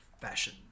fashion